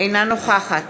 אינה נוכחת